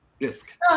risk